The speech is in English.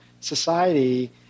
society